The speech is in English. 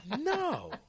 No